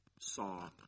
saw